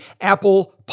Apple